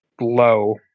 low